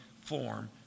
form